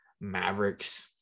Mavericks